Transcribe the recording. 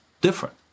different